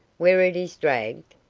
where it is dragged?